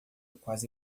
quase